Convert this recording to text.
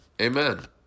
Amen